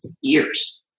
years